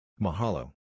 Mahalo